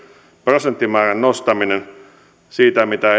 prosenttimäärän nostaminen siitä mitä